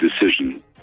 decision